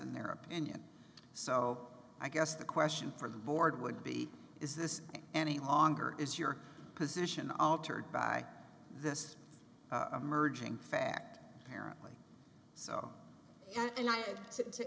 in their opinion so i guess the question for the board would be is this any longer is your position altered by this merging fact parent like so and i had to